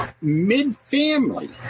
mid-family